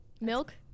Milk